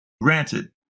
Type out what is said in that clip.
granted